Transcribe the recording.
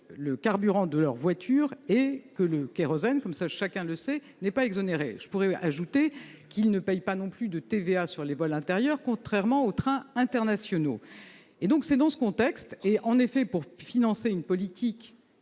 le carburant de leur voiture, alors que le kérosène en est exempté. Je pourrais ajouter qu'ils ne paient pas non plus de TVA sur les vols intérieurs, contrairement aux trains internationaux. C'est dans ce contexte et, en effet, pour financer une politique